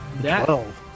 Twelve